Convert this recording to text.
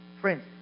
Friends